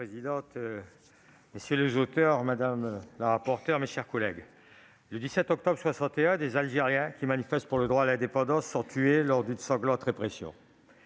présidente, madame la secrétaire d'État, mes chers collègues, le 17 octobre 1961, des Algériens qui manifestent pour le droit à l'indépendance sont tués lors d'une sanglante répression.